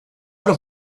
have